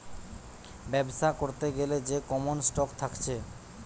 বেবসা করতে গ্যালে যে কমন স্টক থাকছে